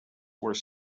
were